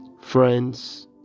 Friends